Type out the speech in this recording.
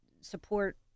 support